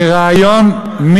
הרב אייכלר, די לנצל את המעמד.